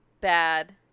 bad